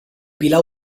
pilar